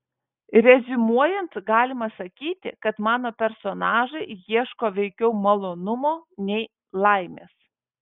reziumuojant galima sakyti kad mano personažai ieško veikiau malonumo nei laimės